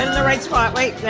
and the right spot. wait.